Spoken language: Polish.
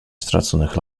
straconych